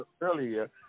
earlier